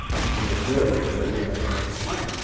which means that we are eating well. we're making of money.